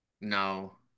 No